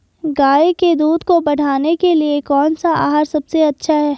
गाय के दूध को बढ़ाने के लिए कौनसा आहार सबसे अच्छा है?